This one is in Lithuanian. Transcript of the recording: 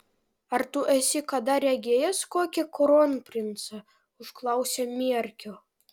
ar tu esi kada regėjęs kokį kronprincą užklausė mierkio